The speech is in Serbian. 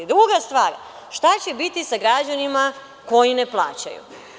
Druga stvar – šta će biti sa građanima koji ne plaćaju?